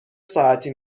ساعتی